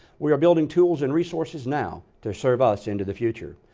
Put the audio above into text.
we are building tools and resources now to serve us into the future,